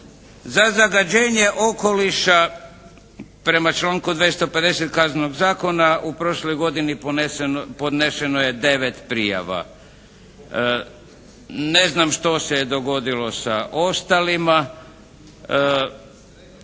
Za zagađenje okoliša prema članku 250. Kaznenog zakona u prošloj godini podneseno je devet prijava. Ne znam što se je dogodilo sa ostalima.